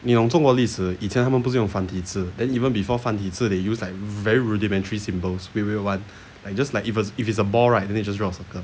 you know 中国历史以前他们不是用繁体字 then even before 繁体字 they use like very rudimentary symbols weird weird [one] like just like even if it's a ball right then they just draw circle